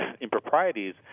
improprieties